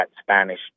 Spanish